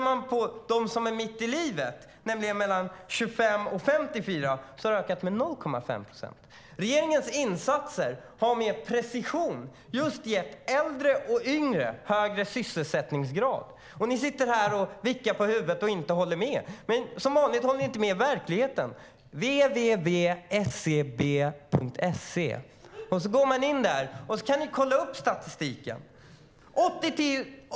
För dem som är mitt i livet, alltså mellan 25 och 54, har den ökat med 0,5 procent. Regeringens insatser har med precision gett just äldre och yngre högre sysselsättningsgrad. Ni sitter här och skakar på huvudet och håller inte med. Som vanligt håller ni inte med verkligheten. Går ni in på www.scb.se kan ni kolla upp statistiken.